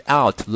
out